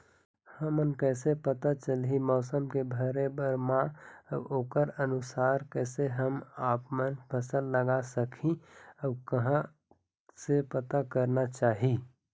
हमन कैसे पता चलही मौसम के भरे बर मा अउ ओकर अनुसार कैसे हम आपमन फसल लगा सकही अउ कहां से पता करना चाही?